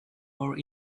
more